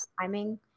timing